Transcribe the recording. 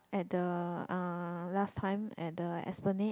at the uh last time at the Esplanade